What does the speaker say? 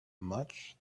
much